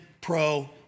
pro